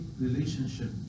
relationship